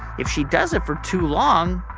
if she does it for too long,